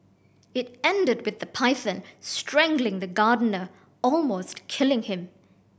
it ended with the python strangling the gardener almost killing him